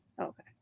okay